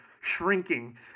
shrinking